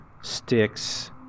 sticks